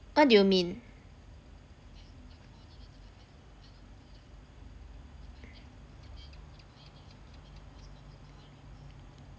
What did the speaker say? what do you mean